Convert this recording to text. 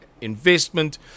investment